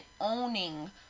owning